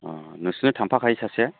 औ नोंसोरनो थांफाखायो सासे